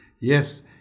yes